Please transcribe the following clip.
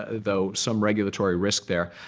though, some regulatory risk there.